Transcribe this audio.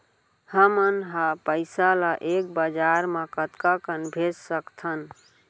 हमन ह पइसा ला एक बार मा कतका कन भेज सकथन?